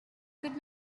could